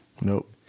Nope